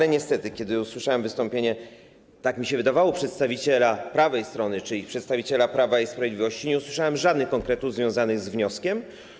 Ale niestety, kiedy usłyszałem wystąpienie, tak mi się wydawało, przedstawiciela prawej strony, czyli przedstawiciela Prawa i Sprawiedliwości, nie usłyszałem żadnych konkretów związanych z wnioskiem.